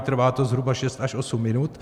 Trvá to zhruba šest až osm minut.